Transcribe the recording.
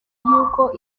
yuko